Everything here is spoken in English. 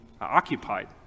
occupied